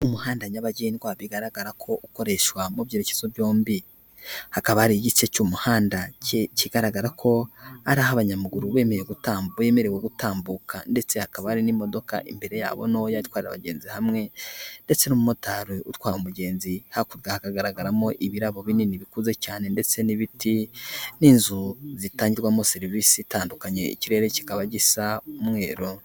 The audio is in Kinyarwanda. Umuhanda nyabagendwa bigaragara ko ukoreshwa mu byerekezo byombi. Hakaba hari igice cy'umuhanda kigaragara ko ari aho abanyamaguru bemerewe gutambuka ndetse hakaba hari n'imodoka imbere yabo ntoya itwarira abagenzi hamwe, ndetse n'umumotari utwaye umugenzi, hakurya hakagaragaramo ibirabo binini bikuze cyane, ndetse n'ibiti, n'inzu zitangirwamo serivisi zitandukanye, ikirere kikaba gisa umweru.